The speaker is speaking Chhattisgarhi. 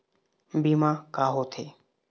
बीमा का होते?